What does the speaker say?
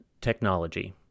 technology